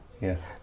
Yes